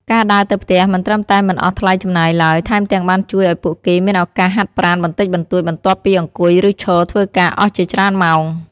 ការដើរទៅផ្ទះមិនត្រឹមតែមិនអស់ថ្លៃចំណាយឡើយ ថែមទាំងបានជួយឱ្យពួកគេមានឱកាសហាត់ប្រាណបន្តិចបន្តួចបន្ទាប់ពីអង្គុយឬឈរធ្វើការអស់ជាច្រើនម៉ោង។